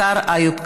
השר איוב קרא.